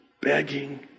begging